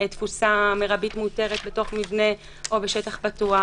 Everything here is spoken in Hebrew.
תפוסה מרבית מותרת בתוך מבנה או בשטח פתוח,